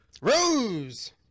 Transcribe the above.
Rose